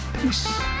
Peace